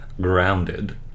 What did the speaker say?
grounded